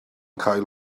cael